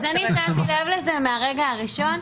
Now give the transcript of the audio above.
אז אני שמתי לב לזה מהרגע הראשון,